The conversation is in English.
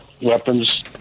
weapons